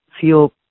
feel